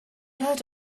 heard